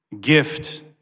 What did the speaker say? gift